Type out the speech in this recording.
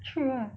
true ah